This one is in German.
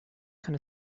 kann